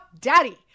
daddy